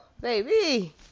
baby